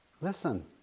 Listen